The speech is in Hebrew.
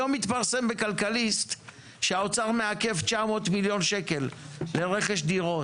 היום התפרסם בכלכליסט שהאוצר מעכב 900 מיליון שקל לרכש דירות.